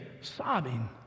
sobbing